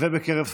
ובקרב שמאלנים,